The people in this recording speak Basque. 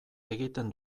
egiten